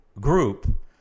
group